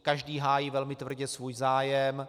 Každý hájí velmi tvrdě svůj zájem.